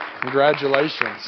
Congratulations